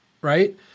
Right